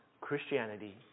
Christianity